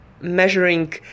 measuring